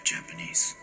Japanese